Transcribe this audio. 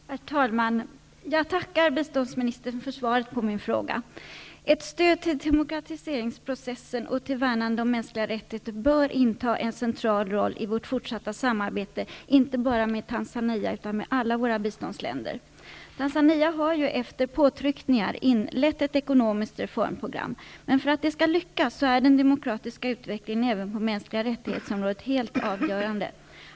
Herr talman! Jag tackar biståndsministern för svaret på min fråga. Ett stöd till demokratiseringsprocessen och till värnande om mänskliga rättigheter bör inta en central roll i vårt fortsatta samarbete, inte bara med Tanzania utan med alla våra biståndsländer. Tanzania har efter påtryckningar inlett ett ekonomiskt reformprogram, men för att det skall lyckas är den demokratiska utvecklingen även på mänskliga rättigheternas område helt avgörande.